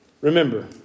Remember